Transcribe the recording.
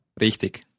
richtig